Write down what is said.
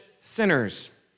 sinners